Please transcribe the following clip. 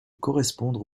correspondre